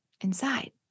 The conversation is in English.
inside